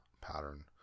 pattern